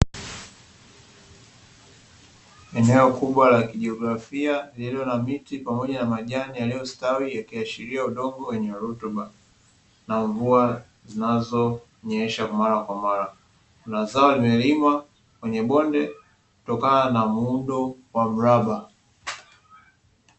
Eneo kubwa la kijiografia lililo na miti pamoja na majani yaliyostawi yakiashiria udongo wenye rutuba na mvua zinazonyesha mara kwa mara, kuna zao limelimwa kwenye bonde kutokana na muundo wa mraba.